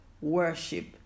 worship